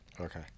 Okay